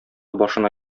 башына